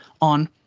on